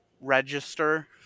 register